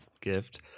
gift